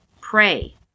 pray